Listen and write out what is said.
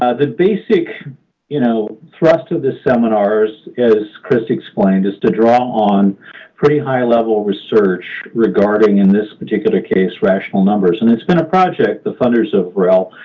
the basic you know thrust of this seminar, as chris explained, is to draw on pretty high-level research regarding, in this particular case, rational numbers. and it's been a project the funders of rel,